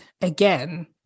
again